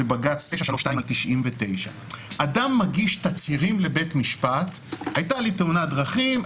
בג"ץ 932/99. אדם מגיש תצהירים לבית משפט: הייתה לי תאונת דרכים,